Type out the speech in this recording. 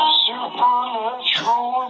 supernatural